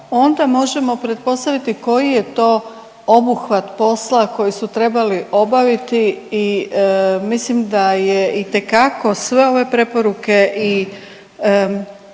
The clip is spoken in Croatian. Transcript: onda možemo pretpostaviti koji je to obuhvat posla koji su trebali obaviti i mislim da je itekako sve ove preporuke i